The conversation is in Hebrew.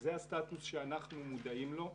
זה הסטטוס שאנחנו מודעים לו.